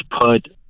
put